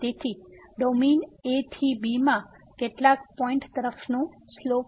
તેથી domain a થી b માં કેટલાક પોઈંટ તરફનો સ્લોપ